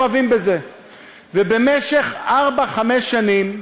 תראו, לפני מספר שנים,